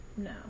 No